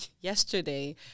Yesterday